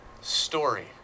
story